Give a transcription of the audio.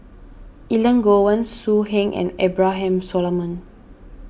Elangovan So Heng and Abraham Solomon